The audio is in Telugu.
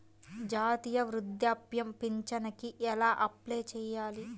జాతీయ వృద్ధాప్య పింఛనుకి ఎలా అప్లై చేయాలి?